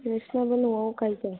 नोंसोरनाबो न'आव गायदों